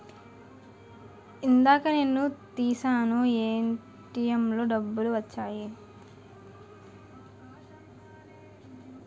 ఇందాక నేను తీశాను ఏటీఎంలో డబ్బులు వచ్చాయి